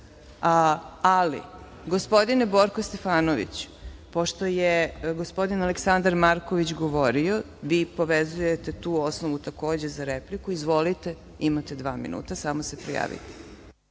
ali gospodine Borko Stefanoviću, pošto je gospodin Aleksandar Marković govorio, vi povezujte tu osnovu takođe za repliku, izvolite imate dva minuta samo se prijavite.